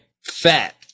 fat